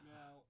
Now